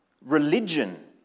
religion